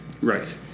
Right